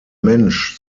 mensch